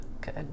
good